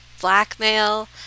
blackmail